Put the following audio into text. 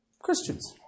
Christians